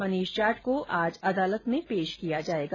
मनीष जाट को आज अदालत में पेश किया जायेगा